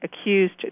accused